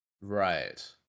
Right